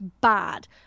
bad